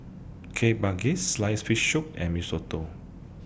Kueh Manggis Sliced Fish Soup and Mee Soto